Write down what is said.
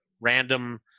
random